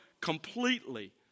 completely